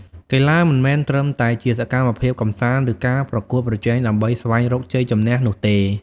កីឡាមិនមែនត្រឹមតែជាសកម្មភាពកម្សាន្ត ឬការប្រកួតប្រជែងដើម្បីស្វែងរកជ័យជម្នះនោះទេ។